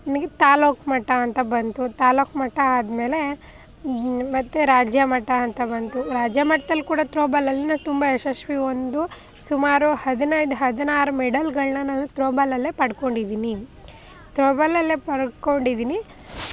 ನನಗೆ ತಾಲ್ಲೂಕು ಮಟ್ಟ ಅಂತ ಬಂತು ತಾಲ್ಲೂಕು ಮಟ್ಟ ಆದಮೇಲೆ ಮತ್ತೆ ರಾಜ್ಯ ಮಟ್ಟ ಅಂತ ಬಂತು ರಾಜ್ಯ ಮಟ್ದಲ್ಲಿ ಕೂಡ ಥ್ರೋಬಾಲಲ್ಲಿಯೂ ತುಂಬ ಯಶಸ್ವಿ ಒಂದು ಸುಮಾರು ಹದಿನೈದು ಹದಿನಾರು ಮೆಡಲ್ಗಳನ್ನ ನಾನು ಥ್ರೋಬಾಲ್ನಲ್ಲೇ ಪಡ್ಕೊಂಡಿದ್ದೀನಿ ಥ್ರೋಬಾಲ್ನಲ್ಲೇ ಪಡ್ಕೊಂಡಿದ್ದೀನಿ